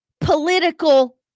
political